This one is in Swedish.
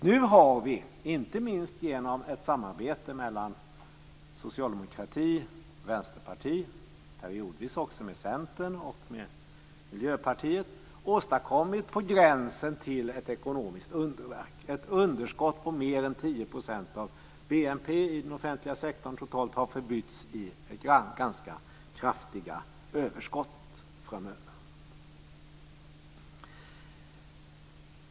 Nu har vi, inte minst genom ett samarbete mellan Socialdemokraterna, Vänsterpartiet, periodvis också med Centern, och med Miljöpartiet, åstadkommit ett på gränsen till ekonomiskt underverk. Ett underskott på mer än 10 % av BNP i den offentliga sektorn totalt har förbytts i ganska kraftiga överskott framöver.